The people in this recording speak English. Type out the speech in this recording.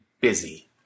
busy